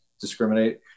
discriminate